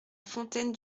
fontaine